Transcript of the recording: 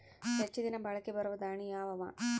ಹೆಚ್ಚ ದಿನಾ ಬಾಳಿಕೆ ಬರಾವ ದಾಣಿಯಾವ ಅವಾ?